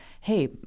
hey